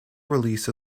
released